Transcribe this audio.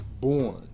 born